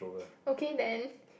okay then